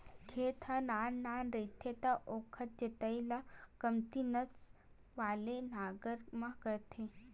खेत ह नान नान रहिथे त ओखर जोतई ल कमती नस वाला नांगर म करथे